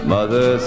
Mother